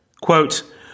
Quote